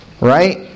Right